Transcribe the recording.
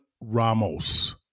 Ramos